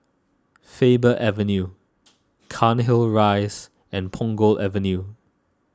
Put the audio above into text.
Faber Avenue Cairnhill Rise and Punggol Avenue